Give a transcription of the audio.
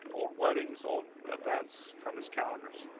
old weddings old events from his calendars.